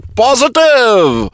positive